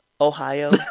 Ohio